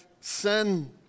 sin